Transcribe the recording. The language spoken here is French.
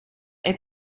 est